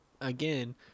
again